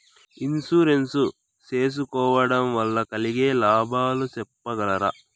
Insurance సేసుకోవడం వల్ల కలిగే లాభాలు సెప్పగలరా?